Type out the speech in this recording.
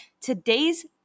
today's